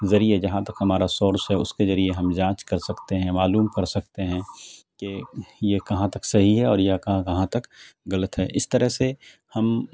ذریعے جہاں تک ہمارا سورس ہے اس کے ذریعے ہم جانچ کر سکتے ہیں معلوم کر سکتے ہیں کہ یہ کہاں تک صحیح ہے اور یا کہاں تک غلط ہے اس طرح سے ہم